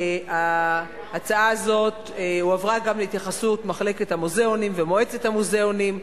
שההצעה הזאת הועברה גם להתייחסות מחלקת המוזיאונים ומועצת המוזיאונים.